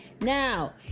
Now